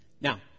Now